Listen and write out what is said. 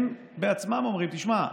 הם בעצמם אומרים: תשמע,